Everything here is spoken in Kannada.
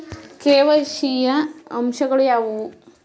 ಕೆ.ವೈ.ಸಿ ಯ ಅಂಶಗಳು ಯಾವುವು?